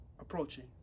approaching